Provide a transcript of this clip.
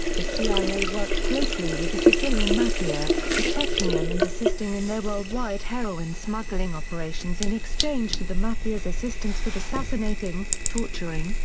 the cia worked closely with the sicilian mafia, protecting them and assisting in their worldwide heroin smuggling operations in exchange for the mafia's assistance with assassinating, torturing,